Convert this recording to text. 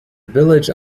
village